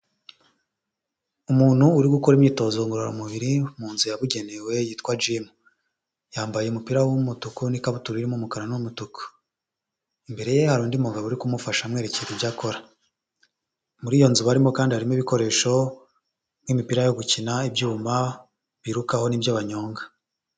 Umuntu uri gukora imyitozo ngororamubiri, mu nzu yabugenewe yitwa jimu. Yambaye umupira w'umutuku n'ikabutura irimo umukara n'umutuku. Imbere ye hari undi mugabo uri kumufasha amwerekera ibyo akora. Muri iyo nzu barimo kandi harimo ibikoresho, nk'imipira yo gukina, ibyuma birukaho, n'ibyo banyonga.